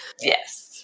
Yes